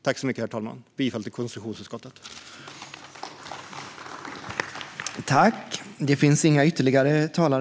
Jag yrkar bifall till konstitutionsutskottets förslag.